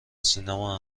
سینما